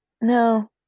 No